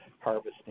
harvesting